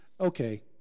Okay